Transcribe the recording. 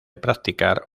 practicar